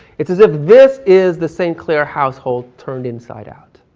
it's as if this is the st. clair household turned inside out.